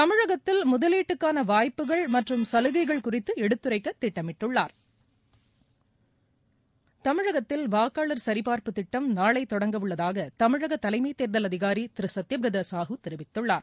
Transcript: தமிழகத்தில் முதலீட்டுக்கான வாய்ப்புகள் மற்றும் சலுகைகள் குறித்து எடுத்துரைக்க திட்டமிட்டுள்ளார் தமிழகத்தில் வாக்காளர் சரிபார்ப்பு திட்டம் நாளை தொடங்க உள்ளதாக தமிழக தலைமை தேர்தல் அதிகாரி திரு சத்தியப்பிரதா சாஹு தெரிவித்துள்ளார்